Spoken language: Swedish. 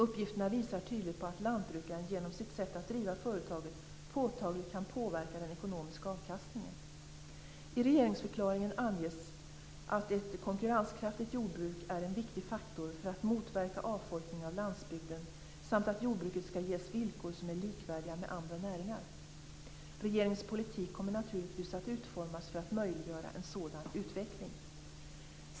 Uppgifterna visar tydligt på att lantbrukaren genom sitt sätt att driva företaget påtagligt kan påverka den ekonomiska avkastningen. I regeringsförklaringen anges att ett konkurrenskraftigt jordbruk är en viktig faktor för att motverka avfolkningen av landsbygden samt att jordbruket skall ges villkor som är likvärdiga med andra näringar. Regeringens politik kommer naturligtvis att utformas för att möjliggöra en sådan utveckling.